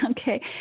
Okay